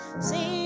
See